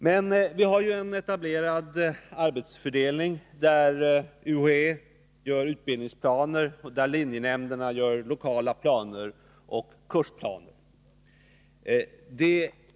Men vi har en etablerad arbetsfördelning, där UHÄ gör utbildningsplaner och där linjenämnderna gör lokala planer och kursplaner.